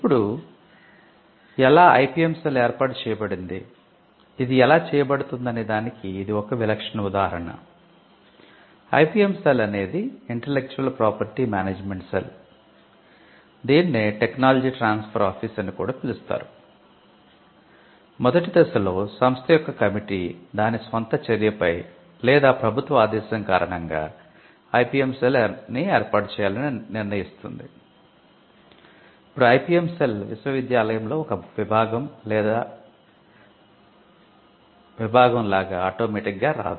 ఇప్పుడు ఎలా IPM cell విశ్వవిద్యాలయంలో ఒక విభాగం లాగా ఆటోమాటిక్గా రాదు